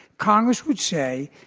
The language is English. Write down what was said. congress would say,